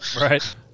Right